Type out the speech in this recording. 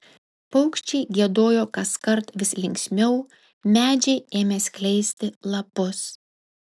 paukščiai giedojo kaskart vis linksmiau medžiai ėmė skleisti lapus